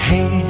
Hey